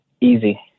easy